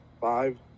five